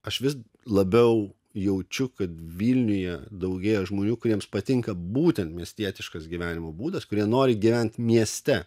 aš vis labiau jaučiu kad vilniuje daugėja žmonių kuriems patinka būtent miestietiškas gyvenimo būdas kurie nori gyventi mieste